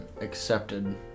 accepted